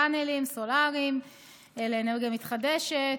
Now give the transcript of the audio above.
פאנלים סולריים לאנרגיה מתחדשת,